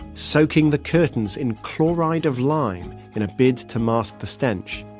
soaking the curtains in chloride of lime in a bid to mask the stench.